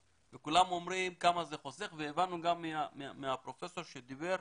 או לייצר חשמל באנרגיות חלופיות כך שתחנות הכוח יהיו הרזרבה,